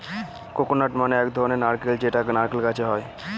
coconut মানে এক ধরনের নারকেল যেটা নারকেল গাছে হয়